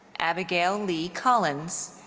abigail leigh collins.